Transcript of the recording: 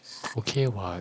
it's okay what